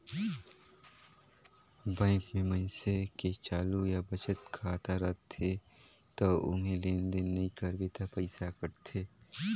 bank में मइनसे के चालू या बचत खाता रथे त ओम्हे लेन देन नइ करबे त पइसा कटथे